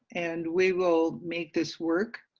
and we will make this work.